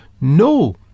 no